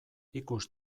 ikus